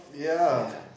yeah